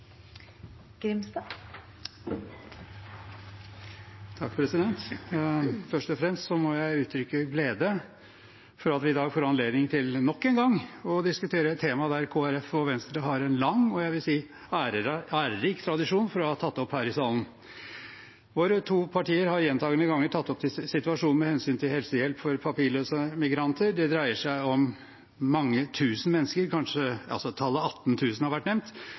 Først og fremst må jeg uttrykke glede for at vi i dag får anledning til nok en gang å diskutere et tema som Kristelig Folkeparti og Venstre har en lang – og jeg vil si ærerik – tradisjon for å ha tatt opp her i salen. Våre to partier har gjentatte ganger tatt opp situasjonen med hensyn til helsehjelp for papirløse migranter. Det dreier seg om mange tusen mennesker, tallet 18 000 har vært nevnt.